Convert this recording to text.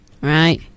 right